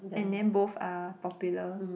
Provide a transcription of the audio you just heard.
and then both are popular